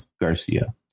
Garcia